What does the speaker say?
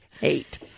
hate